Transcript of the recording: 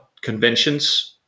conventions